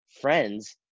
friends